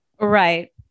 right